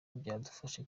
byadufasha